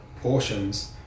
portions